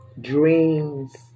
Dreams